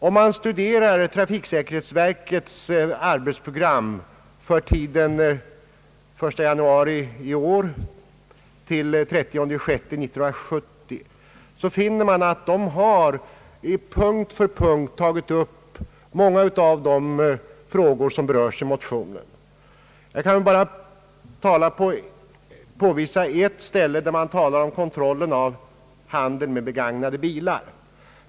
Om man studerar trafiksäkerhetsverkets arbetsprogram för tiden den 1 januari 1969—30 juni 1970 finner man att verket punkt för punkt har tagit upp många av de frågor som berörs i motionen. Jag vill bara visa på ett ställe där verket talar om kontrollen av handeln med begagnade bilar.